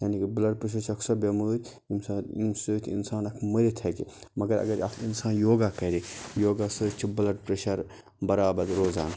یعنی کہِ blood pressure چھِ اکھ سۄ بٮ۪مٲرۍ ییٚمہِ سات ییٚمہِ سۭتۍ اِنسان اَکھ مٔرِتھ ہٮ۪کہِ مگر اگر اَکھ اِنسان یوگا کَرِ یوگا سۭتۍ چھِ بٕلَڈ پریٚشَر بَرابر روزان